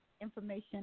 information